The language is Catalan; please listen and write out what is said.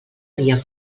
dia